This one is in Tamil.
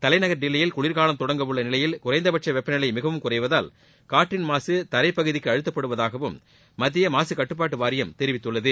தலைநகர் தில்லியில் குளிர்காலம் தொடங்கவுள்ள நிலையில் குறைந்தபட்ச வெப்பநிலை மிகவும் குறைவதால் காற்றின்மாசு தரை பகுதிக்கு அழுத்தப்படுவதாகவும் மத்திய மாசுக்கட்டுப்பாட்டு வாரியம் தெரிவித்துள்ளது